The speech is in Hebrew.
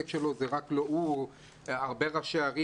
שלו זה לא רק הוא אלא קורה הרבה ראשי ערים.